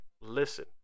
listen